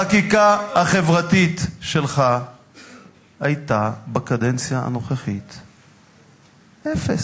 החקיקה החברתית שלך היתה בקדנציה הנוכחית אפס.